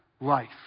life